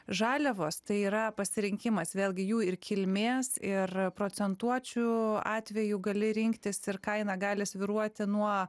žaliavos tai yra pasirinkimas vėlgi jų ir kilmės ir procentuočių atveju gali rinktis ir kaina gali svyruoti nuo